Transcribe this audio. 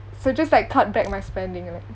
so just like cut back my spending like